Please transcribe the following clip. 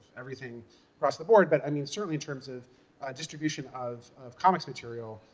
everything across the board. but i mean certainly in terms of distribution of of comics material,